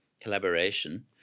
collaboration